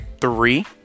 three